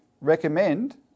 recommend